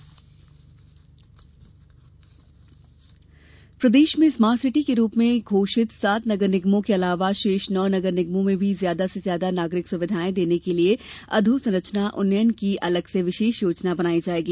मुख्यमंत्री निर्देश प्रदेश में स्मार्ट सिटी के रूप में घोषित सात नगर निगमों के अलावा शेष नौ नगर निगमों में भी ज्यादा से ज्यादा नागरिक सुविधाएँ देने के लिए अधोसंरचना उन्नयन की अलग से विशेष योजना बनाई जायेगी